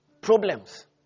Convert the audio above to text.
problems